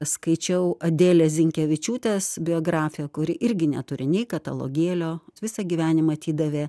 skaičiau adelės zinkevičiūtės biografiją kuri irgi neturi nei katalogėlio visą gyvenimą atidavė